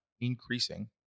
increasing